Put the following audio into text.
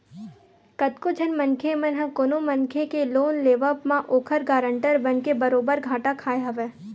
कतको झन मनखे मन ह कोनो मनखे के लोन लेवब म ओखर गारंटर बनके बरोबर घाटा खाय हवय